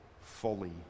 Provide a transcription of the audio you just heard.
fully